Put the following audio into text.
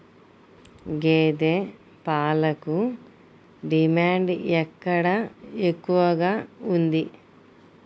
గేదె పాలకు డిమాండ్ ఎక్కడ ఎక్కువగా ఉంది?